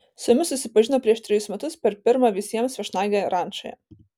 su jomis susipažino prieš trejus metus per pirmą visiems viešnagę rančoje